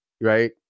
right